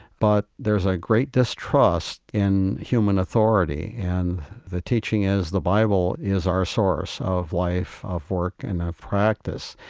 but there's a great distrust in human authority, and the teaching is the bible is our source of life, of work, and of practice.